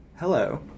Hello